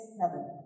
heaven